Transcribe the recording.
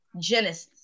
Genesis